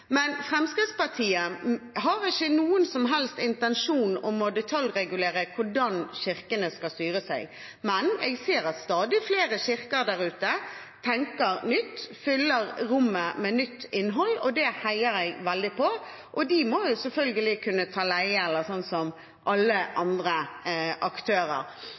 Fremskrittspartiet har ikke noen som helst intensjon om å detaljregulere hvordan kirkene skal styre seg, men jeg ser at stadig flere kirker der ute tenker nytt, fyller rommet med nytt innhold, og det heier jeg veldig på. Og de må selvfølgelig kunne ta leie, sånn som alle andre aktører.